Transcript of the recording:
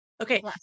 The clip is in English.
Okay